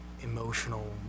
emotional